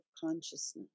consciousness